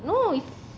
no it's